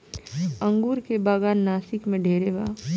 अंगूर के बागान नासिक में ढेरे बा